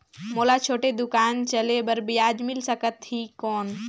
मोला छोटे दुकान चले बर ब्याज मिल सकत ही कौन?